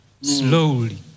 slowly